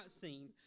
seen